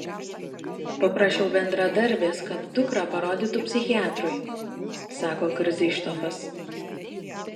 paprašiau bendradarbės kad dukrą parodytų psichiatrui sako krzyštofas